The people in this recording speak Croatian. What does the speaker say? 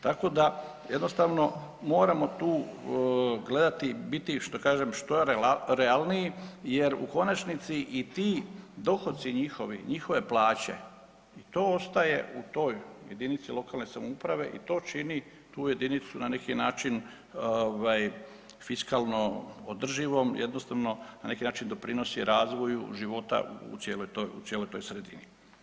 Tako da jednostavno moramo tu gledati, biti što kažem što realniji jer u konačnici i ti dohoci njihovi, njihove plaće to ostaje u toj jedinici lokalne samouprave i to čini tu jedinicu na neki način fiskalno održivom, jednostavno na neki način doprinosi razvoju života u cijeloj toj sredini.